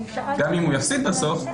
גם אם הוא יפסיד בסוף,